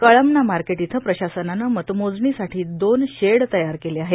Kalamna market इथं प्रशासनानं मतमोजणी साठी दोन शेड तयार केले आहेत